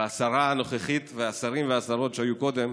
השרה הנוכחית והשרים והשרות שהיו קודם,